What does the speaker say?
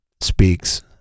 speaks